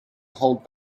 hold